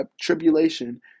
tribulation